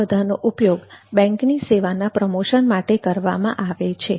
આ બધાનો ઉપયોગ બેંકની સેવાના પ્રમોશન માટે કરવામાં આવે છે